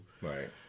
Right